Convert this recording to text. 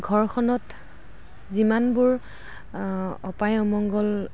ঘৰখনত যিমানবোৰ অপায় অমংগল